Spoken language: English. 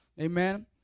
Amen